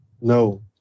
No